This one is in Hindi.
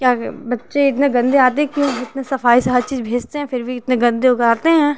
क्या कहें बच्चे इतने गंदे आते हैं कि इतने सफाई से हर चीज भेजते हैं फिर भी इतने गंदे होकर आते हैं